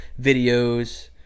videos